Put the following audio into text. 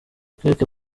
quelque